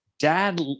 dad